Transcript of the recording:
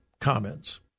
comments